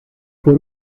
por